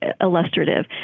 illustrative